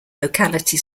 locality